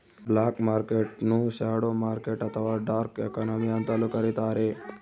block market ನ್ನು shadow market ಅಥವಾ dark economy ಅಂತಲೂ ಕರಿತಾರೆ